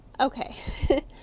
Okay